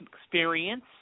experience